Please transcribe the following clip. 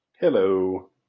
Hello